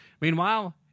Meanwhile